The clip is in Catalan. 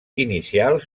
inicials